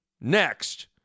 next